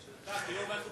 שלך,